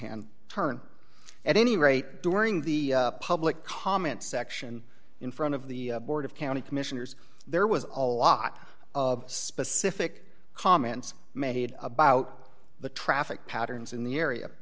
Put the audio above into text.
hand turn at any rate during the public comment section in front of the board of county commissioners there was a lot of specific comments made about the traffic patterns in the area